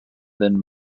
then